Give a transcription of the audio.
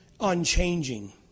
unchanging